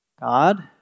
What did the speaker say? God